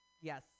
Yes